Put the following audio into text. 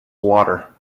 water